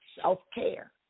self-care